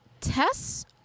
tests